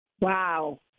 Wow